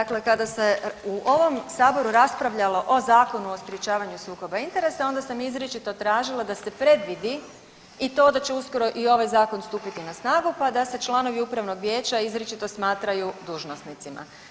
Dakle, kada se u ovom saboru raspravljalo o Zakonu o sprječavanju sukoba interesa onda sam izričito tražila da se predvidi i to da će uskoro i ovaj zakon stupiti na snagu pa da se članovi upravnog vijeća izričito smatraju dužnosnicima.